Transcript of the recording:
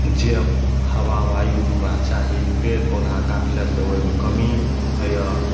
जे हवा वायु हमरा चाही पेड़ पौधा काटलासँ ओहिमे कमी होइए